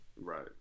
right